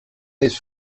his